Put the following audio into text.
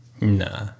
Nah